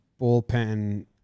bullpen